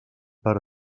per